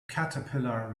caterpillar